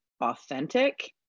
authentic